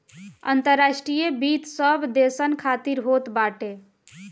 अंतर्राष्ट्रीय वित्त सब देसन खातिर होत बाटे